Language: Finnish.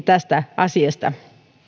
tästä asiasta